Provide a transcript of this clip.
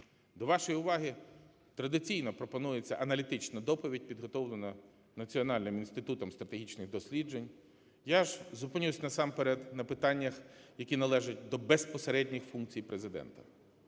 До вашої уваги традиційно пропонується аналітична доповідь, підготовлена Національним інститутом стратегічних досліджень, я ж зупинюсь, насамперед, на питаннях, які належать до безпосередніх функцій Президента,